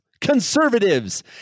conservatives